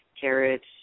carrots